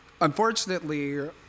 Unfortunately